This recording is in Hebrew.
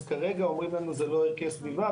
אז כרגע אומרים לנו זה לא ערכי סביבה,